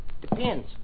Depends